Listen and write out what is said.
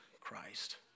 Christ